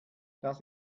das